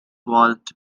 walt